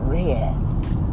rest